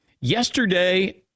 Yesterday